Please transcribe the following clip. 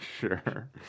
Sure